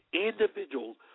individuals